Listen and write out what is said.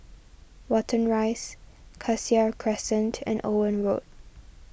Watten Rise Cassia Crescent and Owen Road